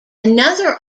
another